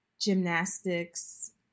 gymnastics